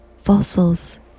Fossils